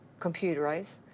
computerized